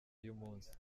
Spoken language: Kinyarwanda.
y’umunsi